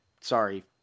Sorry